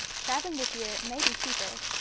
travelling this year may be cheaper.